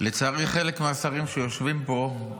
לצערי על חלק מהשרים שיושבים פה,